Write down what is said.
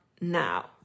now